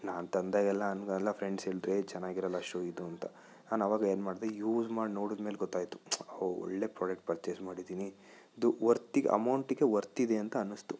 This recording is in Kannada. ನಾನು ತಂದೆ ಎಲ್ಲ ಎಲ್ಲ ಫ್ರೆಂಡ್ಸ್ ಹೇಳಿದ್ರು ಏ ಚೆನ್ನಾಗಿರೋಲ್ಲ ಶೂ ಇದುಂತ ನಾನು ಆವಾಗ ಏನು ಮಾಡ್ದೆ ಯೂಸ್ ಮಾಡಿ ನೋಡಿದ್ಮೇಲೆ ಗೊತಾಯ್ತು ಓಹ್ ಒಳ್ಳೆ ಪ್ರಾಡಕ್ಟ್ ಪರ್ಚೇಸ್ ಮಾಡಿದ್ದೀನಿ ಇದು ವರ್ತಿ ಅಮೌಂಟಿಗೆ ವರ್ತ್ ಇದೆ ಅಂತ ಅನ್ನಿಸ್ತು